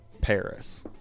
Paris